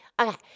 okay